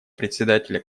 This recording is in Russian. председателя